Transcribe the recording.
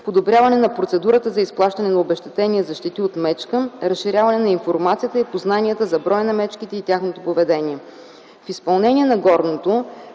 подобряване на процедурата за изплащане на обезщетение и защити от мечки, разширяване на информацията и познанията за броят на мечките и тяхното поведение. В изпълнение на горното